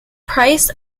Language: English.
price